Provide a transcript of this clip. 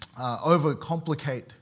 overcomplicate